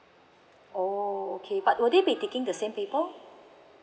oh okay but would it be taking the same paper